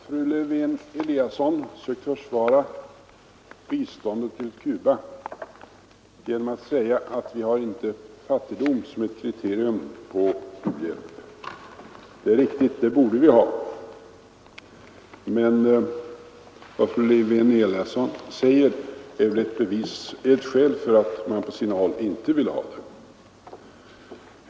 Herr talman! Fru Lewén-Eliasson söker försvara biståndet till Cuba genom att säga att vi inte har fattigdom som ett kriterium på u-hjälp. Det är riktigt; det borde vi ha. Men vad fru Lewén-Eliasson säger är väl ett skäl för att man på sina håll inte vill ha det.